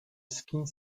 skiing